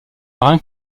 marin